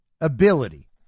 ability